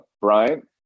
Brian